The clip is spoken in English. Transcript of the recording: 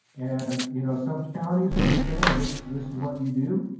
and you know, some counties are just saying this this is what you do.